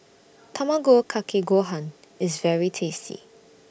Tamago Kake Gohan IS very tasty